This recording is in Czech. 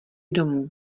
domů